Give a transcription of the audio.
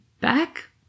Back